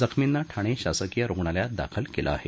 जखमींना ठाणे शासकीय रुग्णालयात दाखल केलं आहे